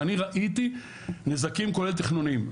ואני ראיתי נזקים כולל תכנוניים.